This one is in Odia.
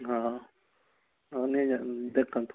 ହଁ ହଉ ନେଇ ଦେଖନ୍ତୁ